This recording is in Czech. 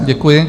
Děkuji.